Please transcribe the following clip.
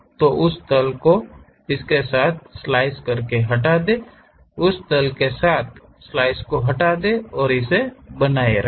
तो उस तल के साथ स्लाइस को हटा दें उस तल के साथ स्लाइस को हटा दें और इस को बनाए रखें